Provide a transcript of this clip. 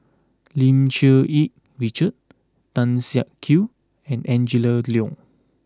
Lim Cherng Yih Richard Tan Siak Kew and Angela Liong